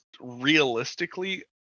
realistically